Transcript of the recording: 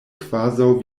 kvazaŭ